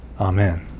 Amen